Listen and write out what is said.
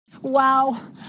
Wow